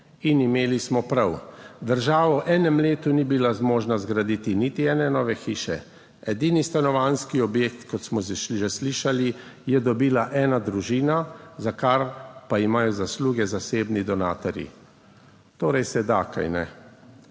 in imeli smo prav. Država v enem letu ni bila zmožna zgraditi niti ene nove hiše. Edini stanovanjski objekt, kot smo že slišali, je dobila ena družina, za kar pa imajo zasluge zasebni donatorji. Torej se da, kajne?